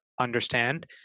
understand